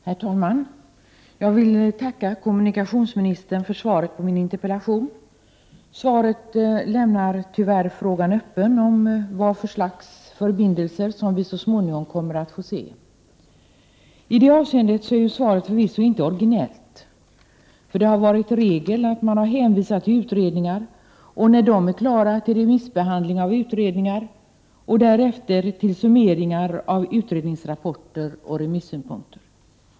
Herr talman! Jag vill tacka kommunikationsministern för svaret på min interpellation. Svaret lämnar tyvärr frågan öppen om vad för slags förbindelser vi så småningom kommer att få se. I det avseendet är svaret förvisso inte originellt. Det har varit regel att man hänvisat till utredningar. När dessa varit klara har man hänvisat till remissbehandlingar av utredningar och därefter till summeringar av utredningsrapporter och remissynpunkter.